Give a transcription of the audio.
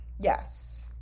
Yes